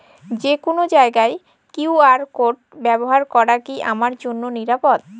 যে কোনো জায়গার কিউ.আর কোড ব্যবহার করা কি আমার জন্য নিরাপদ?